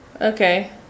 Okay